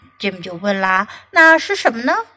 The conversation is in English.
Jim就问啦,那是什么呢